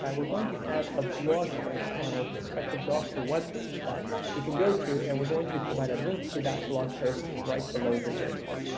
and we're going to have a blog post on our prospective doctor web page that you can go to. and we're going to provide a link to that blog post right below this video.